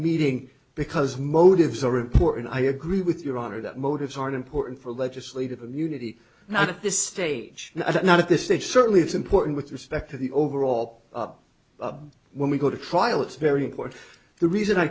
meeting because motives are report and i agree with your honor that motives are important for legislative immunity not at this stage i think not at this stage certainly it's important with respect to the overall when we go to trial it's very important the reason i